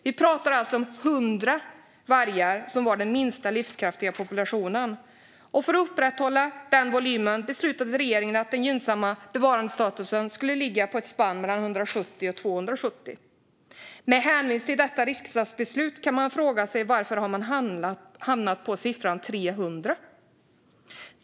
Vi pratar alltså om 100 vargar som den minsta livskraftiga populationen. För att upprätthålla den volymen beslutade regeringen att den gynnsamma bevarandestatusen skulle ligga i ett spann mellan 170 och 270 individer. Med hänvisning till detta riksdagsbeslut kan man fråga sig varför regeringen har hamnat på siffran 300.